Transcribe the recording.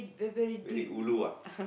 very ulu ah